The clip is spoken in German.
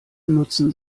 nutzen